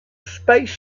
space